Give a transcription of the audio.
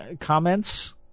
comments